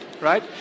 right